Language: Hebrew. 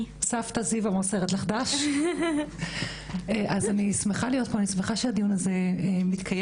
אני שמחה להיות פה, אני שמחה שהדיון הזה מתקיים.